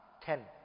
Ten